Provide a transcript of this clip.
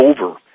over